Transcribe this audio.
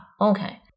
Okay